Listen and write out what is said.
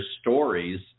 stories